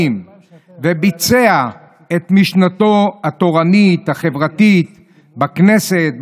וביצע את משנתו התורנית והחברתית בכנסת,